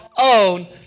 own